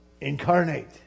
incarnate